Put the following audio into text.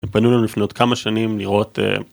פנו אלינו לפני עוד כמה שנים לראות.